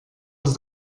els